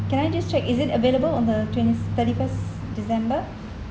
can I just check is it available on the twenty thirty first december